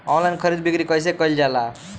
Online खरीद बिक्री कइसे कइल जाला?